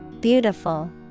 Beautiful